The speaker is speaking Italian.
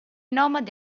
nomadi